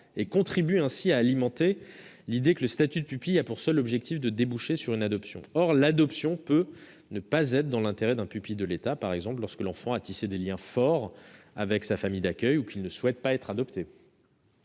et contribue ainsi à alimenter l'idée que le statut de pupille de l'État a pour seul objectif de déboucher sur une adoption. Or l'adoption peut ne pas être dans l'intérêt d'un pupille de l'État, par exemple lorsque l'enfant a tissé des liens forts avec sa famille d'accueil ou lorsqu'il ne souhaite pas être adopté.